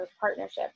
partnerships